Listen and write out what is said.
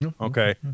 Okay